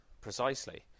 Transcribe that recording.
precisely